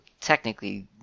technically